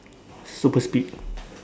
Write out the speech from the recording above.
super speed